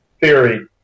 theory